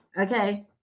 Okay